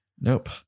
Nope